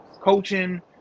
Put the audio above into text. coaching